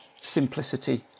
simplicity